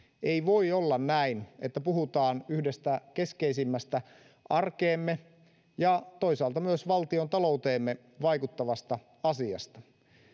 ei voi olla näin kun puhutaan yhdestä keskeisimmästä arkeemme ja toisaalta myös valtiontalouteen vaikuttavasta asiasta